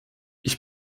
ich